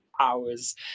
hours